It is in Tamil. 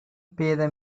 பேத